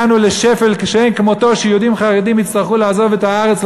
הגענו לשפל שאין כמותו שיהודים חרדים יצטרכו לעזוב את הארץ,